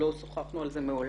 לא שוחחנו על זה מעולם.